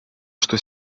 что